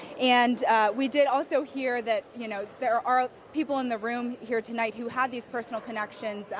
and we did also hear that you know there are people in the room here tonight who have these personal connections.